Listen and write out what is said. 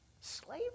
Slavery